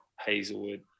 Hazelwood